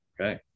Okay